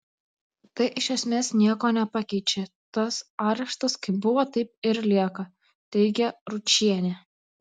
tai iš esmės nieko nepakeičia tas areštas kaip buvo taip ir lieka teigia ručienė